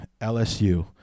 LSU